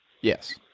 yes